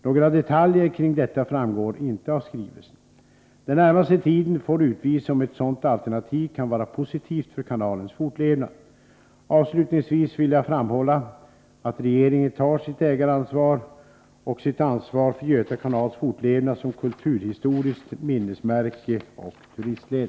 Några detaljer kring detta framgår inte av skrivelsen. Den närmaste tiden får utvisa om ett sådant alternativ kan vara positivt för kanalens fortlevnad. Avslutningsvis vill jag framhålla att regeringen tar sitt ägaransvar och sitt ansvar för Göta kanals fortlevnad som kulturhistoriskt minnesmärke och turistled.